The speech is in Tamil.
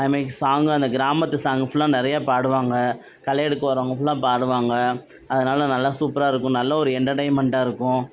அதுமேனிக்கி சாங்கும் அந்த கிராமத்து சாங்கு ஃபுல்லாக நிறையா பாடுவாங்க களை எடுக்க வரவங்க ஃபுல்லா பாடுவாங்க அதனால நல்லா சூப்பராக இருக்கும் நல்ல ஒரு எண்டர்டெயின்மெண்டாக இருக்கும்